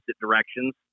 directions